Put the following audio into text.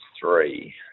three